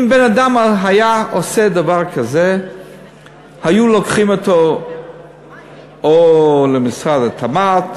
אם בן-אדם היה עושה דבר כזה היו לוקחים אותו למשרד התמ"ת,